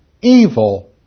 evil